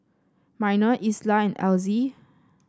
Minor Isla and Elzy